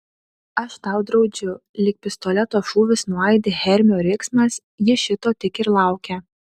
aš tau draudžiu lyg pistoleto šūvis nuaidi hermio riksmas ji šito tik ir laukia